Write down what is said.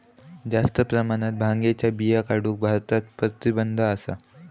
जास्त प्रमाणात भांगेच्या बिया काढूक भारतात प्रतिबंध असा